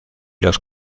los